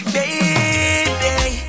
Baby